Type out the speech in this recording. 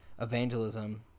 evangelism